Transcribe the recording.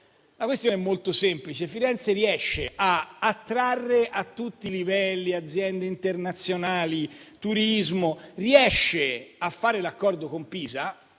La questione è molto semplice: Firenze riesce a attrarre a tutti i livelli aziende internazionali e turismo, riesce a fare l'accordo con Pisa